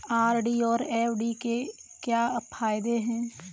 RD और FD के क्या फायदे हैं?